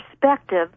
perspective